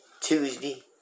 Tuesday